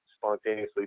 spontaneously